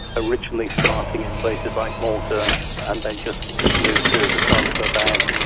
originally starting in places like malta and then just moved through as a transfer bag,